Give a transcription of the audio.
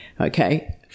Okay